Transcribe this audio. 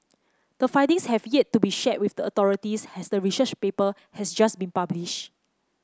the findings have yet to be shared with the authorities as the research paper has just been published